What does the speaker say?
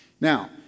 Now